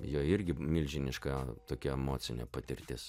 jo irgi milžiniška tokia emocinė patirtis